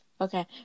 Okay